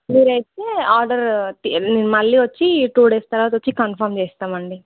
మీరైతే ఆర్డర్ మళ్ళీ వచ్చి టూ డేస్ తర్వాత వచ్చి కన్ఫర్మ్ చేస్తామండి